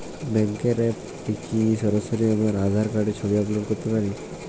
ব্যাংকের অ্যাপ এ কি সরাসরি আমার আঁধার কার্ডের ছবি আপলোড করতে পারি?